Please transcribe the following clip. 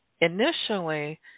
initially